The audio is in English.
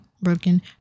Broken